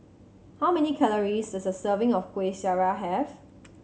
how many calories does a serving of Kueh Syara have